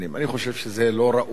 אני חושב שזה לא ראוי